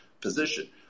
position